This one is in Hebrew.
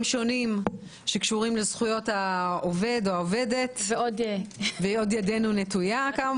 שונים שקשורים לזכויות העובד או העובדת ועוד ידנו נטויה.